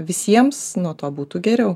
visiems nuo to būtų geriau